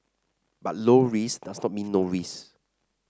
but low risk does not mean no risk